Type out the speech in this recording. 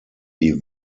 die